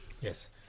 Yes